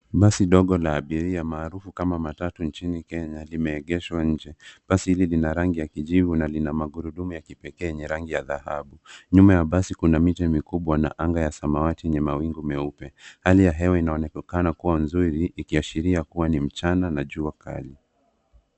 Basi ndogo la abiria maalum kama matatu nchini kenya limeegeshwa nje. Basi hili lina rangi ya kijivu na linamagurudumu ya kipekee yenye rangi ya dhahabu. Nyuma ya basi kuna miti mikubwa na anga ya samawati yenye mawingu meupe. Hali ya hewa inaonekana kuwa nzuri ikiashiria kuwa ni mchana na jua kali.